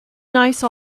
nice